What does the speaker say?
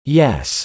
yes